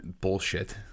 bullshit